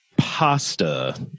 pasta